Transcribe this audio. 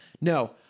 No